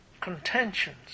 contentions